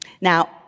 Now